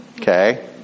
Okay